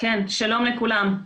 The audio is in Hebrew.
שלום לכולם.